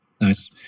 Nice